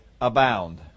abound